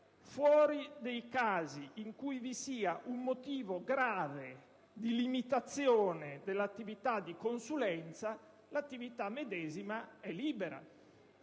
«fuori dei casi in cui vi sia un motivo grave di limitazione dell'attività di consulenza, l'attività medesima è libera».